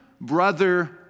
brother